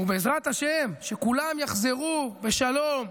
ובעזרת השם, שכולם יחזרו לשלום.